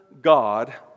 God